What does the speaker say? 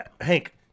Hank